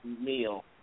meal